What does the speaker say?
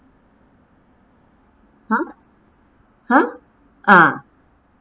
!huh! !huh! ah